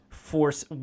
force